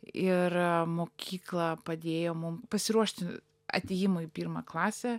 ir mokykla padėjo mum pasiruošti atėjimui į pirmą klasę